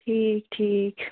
ٹھیٖک ٹھیٖک